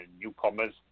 newcomers